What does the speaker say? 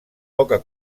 poca